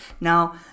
Now